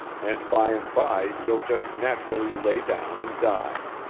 and by and by he'll just naturally lay down and die.